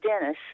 Dennis